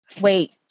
Wait